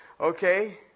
Okay